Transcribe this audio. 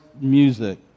music